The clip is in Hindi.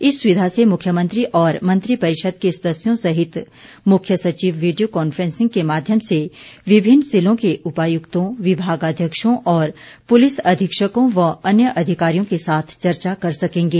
इस सुविधा से मुख्यमंत्री और मंत्री परिषद के सदस्यों सहित मुख्य सचिव वीडियों कान्फ्रैसिंग के माध्यम से विभिन्न जिलों के उपायुक्तों विभागाध्यक्षों और पुलिस अधीक्षकों व अन्य अधिकारियों के साथ चर्चा कर सकेंगे